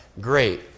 great